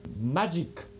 magic